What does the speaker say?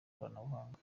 ikoranabuhanga